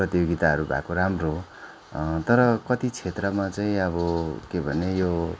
प्रतियोगिताहरू भएको राम्रो हो तर कति क्षेत्रमा चाहिँ अब के भने यो